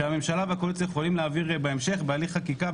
שהממשלה והקואליציה יכולות להעביר בהמשך בהליך חקיקה,